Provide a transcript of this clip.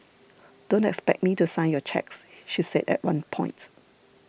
don't expect me to sign your cheques she said at one point